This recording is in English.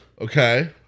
okay